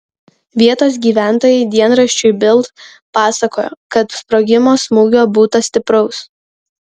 vietos gyventojai dienraščiui bild pasakojo kad sprogimo smūgio būta stipraus